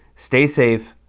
stay safe.